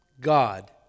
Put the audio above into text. God